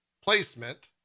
placement